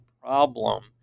problem